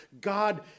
God